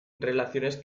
relaciones